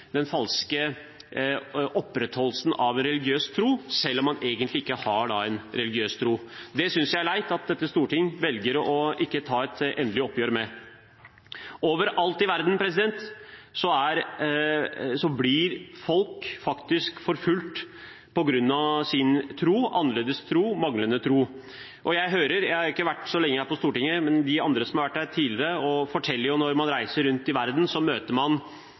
synes jeg er leit at dette storting velger å ikke ta et endelig oppgjør med. Overalt i verden blir folk forfulgt på grunn av sin tro – sin annerledes tro, manglende tro. Jeg har ikke vært så lenge her på Stortinget, men andre, som har vært her tidligere, forteller at når man reiser rundt i verden, møter man